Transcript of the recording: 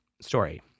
story